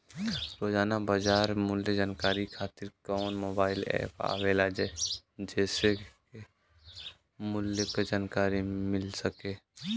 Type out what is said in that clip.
रोजाना बाजार मूल्य जानकारी खातीर कवन मोबाइल ऐप आवेला जेसे के मूल्य क जानकारी मिल सके?